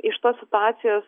iš tos situacijos